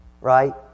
right